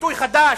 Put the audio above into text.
ביטוי חדש?